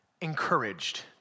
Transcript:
encouraged